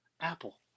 Apple